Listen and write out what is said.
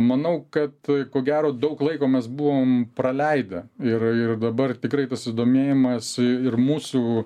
manau kad ko gero daug laiko mes buvom praleidę ir ir dabar tikrai tas susidomėjimas ir mūsų